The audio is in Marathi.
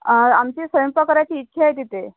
आमची स्वयंपाक करायची इच्छा आहे तिथे